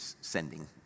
sending